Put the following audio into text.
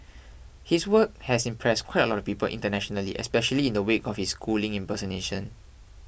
his work has impressed quite a lot of people internationally especially in the wake of his schooling impersonation